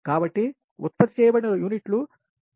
కాబట్టి ఉత్పత్తి చేయబడిన యూనిట్లు 37